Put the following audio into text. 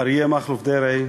כבוד השר אריה מכלוף דרעי,